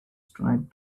tried